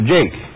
Jake